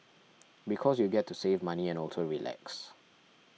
because you get to save money and also relax